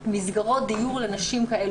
מסגרות דיור לנשים כאלה.